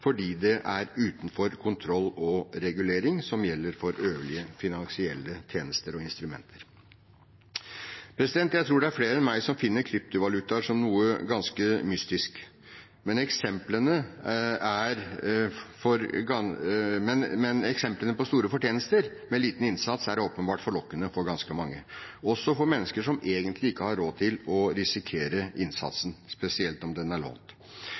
fordi det er utenfor kontroll og regulering som gjelder for øvrige finansielle tjenester og instrumenter. Jeg tror det er flere enn meg som finner kryptovalutaer ganske mystisk, men eksemplene på store fortjenester med liten innsats er åpenbart forlokkende for ganske mange, også for mennesker som egentlig ikke har råd til å risikere innsatsen, spesielt om den er lånt.